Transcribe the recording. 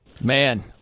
Man